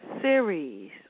series